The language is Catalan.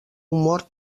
humor